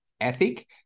ethic